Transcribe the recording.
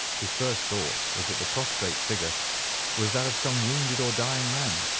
his first thought was that the prostrate figure was that of some wounded or dying man,